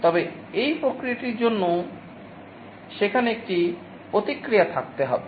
তবে সেই প্রক্রিয়াটির জন্য সেখানে একটি প্রতিক্রিয়া থাকতে হবে